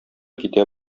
китә